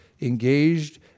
engaged